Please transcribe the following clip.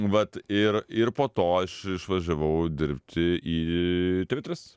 vat ir ir po to aš išvažiavau dirbti į tv tris